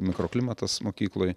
mikroklimatas mokykloj